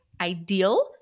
ideal